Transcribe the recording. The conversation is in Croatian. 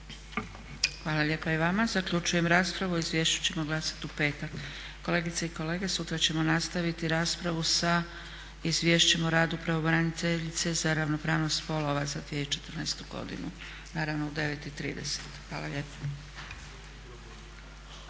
Hvala lijepa i vama. Zaključujem raspravu. O izvješću ćemo glasati u petak. Kolegice i kolege, sutra ćemo nastaviti raspravu sa Izvješćem o radu pravobraniteljice za ravnopravnost spolova za 2014. godinu. Naravno u 9,30. Hvala lijepo.